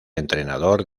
entrenador